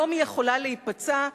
היום היא יכולה להיפצע,